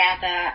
together